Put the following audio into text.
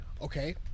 Okay